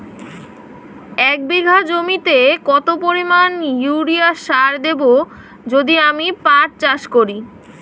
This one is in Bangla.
এক বিঘা জমিতে কত পরিমান ইউরিয়া সার দেব যদি আমি পাট চাষ করি?